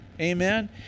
Amen